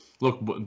look